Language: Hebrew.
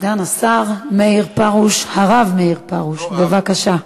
סגן השר מאיר פרוש, הרב מאיר פרוש, בבקשה.